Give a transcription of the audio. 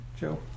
Joe